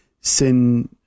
sin